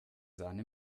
sahne